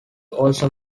also